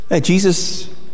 Jesus